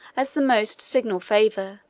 as the most signal favor,